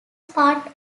part